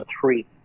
three